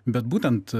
bet būtent